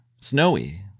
snowy